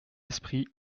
esprit